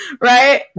Right